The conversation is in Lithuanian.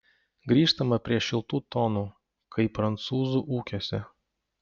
grįžtama prie šiltų tonų kai prancūzų ūkiuose